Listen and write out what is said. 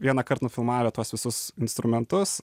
vienąkart nufilmavę tuos visus instrumentus